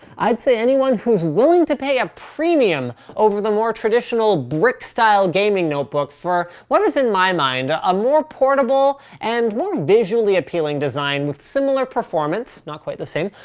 i'd say anyone who is willing to pay a premium over the more traditional brick-style gaming notebook for what is in my mind a ah more portable, and more visually appealing design with similar performance, not quite the same,